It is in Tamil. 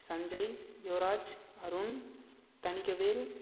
சஞ்சய் யுவராஜ் அருண் தணிகவேல்